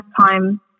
time